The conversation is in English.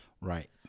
Right